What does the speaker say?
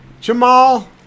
Jamal